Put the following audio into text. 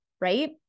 right